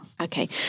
Okay